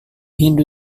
hindu